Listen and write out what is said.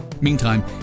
Meantime